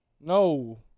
No